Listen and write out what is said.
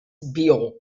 buell